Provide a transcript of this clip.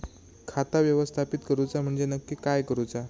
खाता व्यवस्थापित करूचा म्हणजे नक्की काय करूचा?